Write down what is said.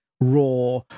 raw